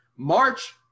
march